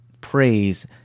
praise